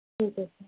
ٹھیک ہے